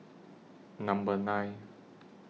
Number nine